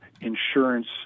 insurance